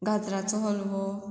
गाजराचो हल्वो